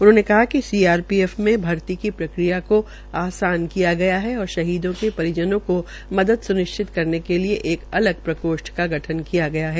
उन्होंने कहा कि सीआरपीएफ में भर्ती की प्रक्रिया को आसान किया गया है और शहीदों के परिजनों को मदद स्निश्चित करने के लिये एक अलग प्रकोष्ठ का गठन भी किया गया है